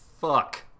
Fuck